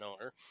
owner